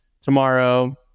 tomorrow